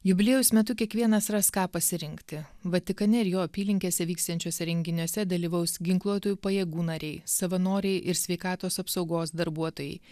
jubiliejaus metu kiekvienas ras ką pasirinkti vatikane ir jo apylinkėse vyksiančiuose renginiuose dalyvaus ginkluotųjų pajėgų nariai savanoriai ir sveikatos apsaugos darbuotojai